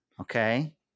Okay